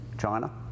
China